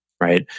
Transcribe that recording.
right